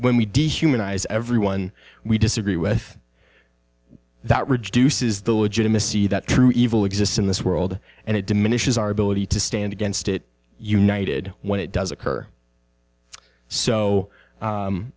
when we dehumanize everyone we disagree with that reduces the legitimacy that true evil exists in this world and it diminishes our ability to stand against it united when it does occur so